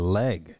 leg